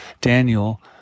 Daniel